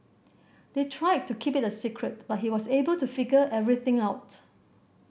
they tried to keep it a secret but he was able to figure everything out